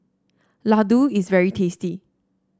ladoo is very tasty